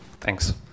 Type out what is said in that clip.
Thanks